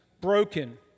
broken